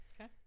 Okay